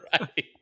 Right